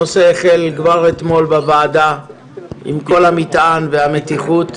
הנושא החל כבר אתמול בוועדה עם כל המטען והמתיחות,